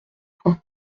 point